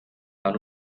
lan